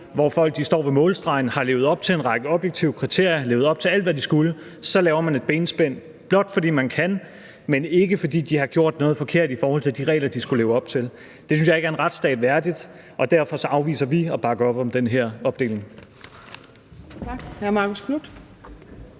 hvor folk står ved målstregen, har levet op til en række objektive kriterier, har levet op til alt, hvad de skulle, så laver et benspænd, blot fordi man kan, men ikke fordi de har gjort noget forkert i forhold til de regler, de skulle leve op til. Det synes jeg ikke er en retsstat værdigt, og derfor afviser vi at bakke op om den her opdeling.